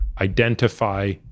identify